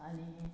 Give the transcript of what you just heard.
आनी